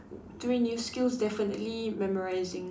three new skills definitely memorising